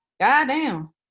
Goddamn